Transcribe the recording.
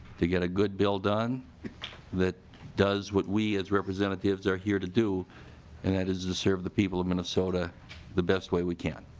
to get a good bill done that does would we as representatives are here to do and that is to serve the people minnesota the best way we can.